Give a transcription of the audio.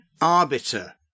arbiter